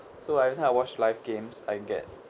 so everytime I watch live games I get